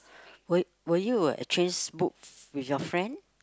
will will you a exchange books with your friend